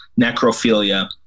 Necrophilia